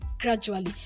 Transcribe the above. gradually